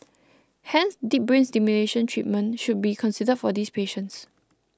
hence deep brain stimulation treatment should be considered for these patients